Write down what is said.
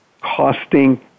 costing